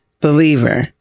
believer